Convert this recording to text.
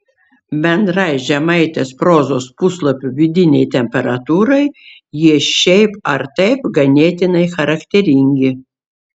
bendrai žemaitės prozos puslapių vidinei temperatūrai jie šiaip ar taip ganėtinai charakteringi